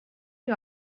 you